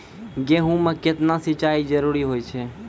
गेहूँ म केतना सिंचाई जरूरी होय छै?